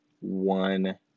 one